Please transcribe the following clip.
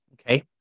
Okay